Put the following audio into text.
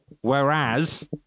Whereas